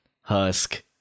husk